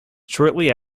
shortly